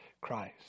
Christ